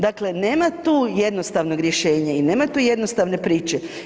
Dakle nema tu jednostavnog rješenja i nema tu jednostavne priče.